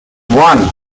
one